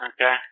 Okay